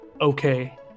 okay